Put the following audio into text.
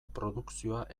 produkzioa